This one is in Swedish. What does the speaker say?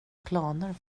planer